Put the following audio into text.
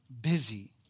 busy